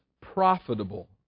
profitable